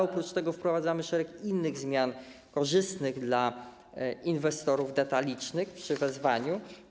Oprócz tego wprowadzamy szereg innych zmian korzystnych dla inwestorów detalicznych w przypadku wezwania.